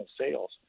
sales